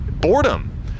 Boredom